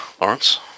Lawrence